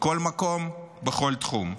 בכל מקום, בכל תחום.